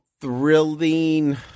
thrilling